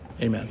Amen